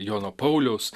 jono pauliaus